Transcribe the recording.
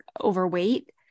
overweight